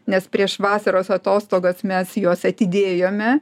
nes prieš vasaros atostogas mes juos atidėjome